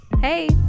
Hey